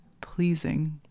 pleasing